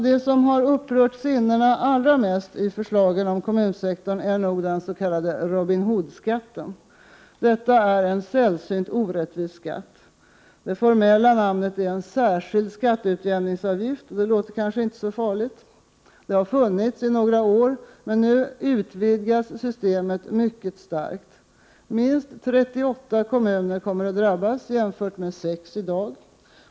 Det som har upprört sinnena allra mest i förslagen om kommunsektorn är nog den s.k. Robin Hood-skatten. Detta är en sällsynt orättvis skatt. Det formella namnet är den särskilda skatteutjämningsavgiften, vilket kanske inte låter så farligt. Den har funnits i några år, men nu utvidgas systemet mycket starkt. Minst 38 kommuner kommer att drabbas jämfört med sex i dag.